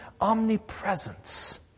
Omnipresence